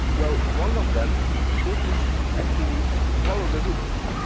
well one of them didn't actually follow the rules,